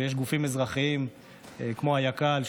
ויש גופים אזרחיים כמו היק"ל,